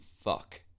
fuck